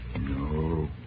No